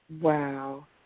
Wow